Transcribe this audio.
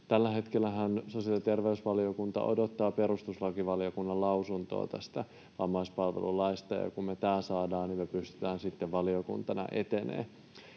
Tällä hetkellähän sosiaali- ja terveysvaliokunta odottaa perustuslakivaliokunnan lausuntoa tästä vammaispalvelulaista, ja kun me tämä saadaan, niin me pystytään sitten valiokuntana etenemään.